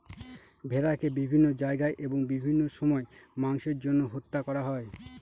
ভেড়াকে বিভিন্ন জায়গায় ও বিভিন্ন সময় মাংসের জন্য হত্যা করা হয়